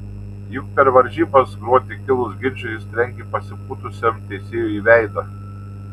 juk per varžybas gruodį kilus ginčui jis trenkė pasipūtusiam teisėjui į veidą